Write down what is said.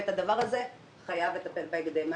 בדבר הזה חייבים לטפל בהקדם.